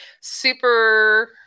super